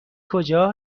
کجا